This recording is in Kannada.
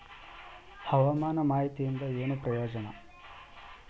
ಹವಾಮಾನ ಮಾಹಿತಿಯಿಂದ ಏನು ಪ್ರಯೋಜನ?